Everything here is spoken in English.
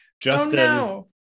Justin